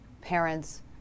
parents